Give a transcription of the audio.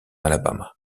alabama